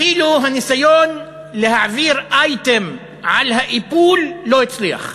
אפילו הניסיון להעביר אייטם על האיפול לא הצליח.